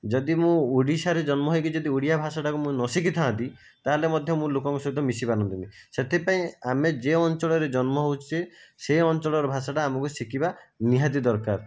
ଯଦି ମୁଁ ଓଡ଼ିଶାରେ ଜନ୍ମ ହୋଇକି ଯଦି ଓଡ଼ିଆ ଭାଷାଟାକୁ ମୁଁ ନ ଶିଖିଥାନ୍ତି ତାହେଲେ ମଧ୍ୟ ମୁଁ ଲୋକଙ୍କ ସହିତ ମିଶି ପାରନ୍ତିନି ସେଥିପାଇଁ ଆମେ ଯେ ଅଞ୍ଚଳରେ ଜନ୍ମ ହେଉଛେ ସେ ଅଞ୍ଚଳର ଭାଷାଟା ଆମକୁ ଶିଖିବା ନିହାତି ଦରକାର